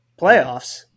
Playoffs